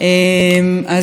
אז הינה,